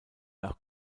nach